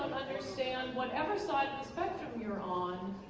understand, whatever side of the spectrum you're on.